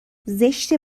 زشته